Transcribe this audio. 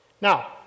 Now